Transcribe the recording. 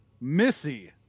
Missy